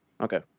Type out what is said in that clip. Okay